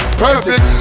perfect